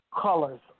colors